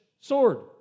sword